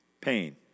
pain